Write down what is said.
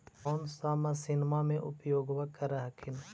कौन सा मसिन्मा मे उपयोग्बा कर हखिन?